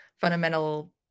fundamental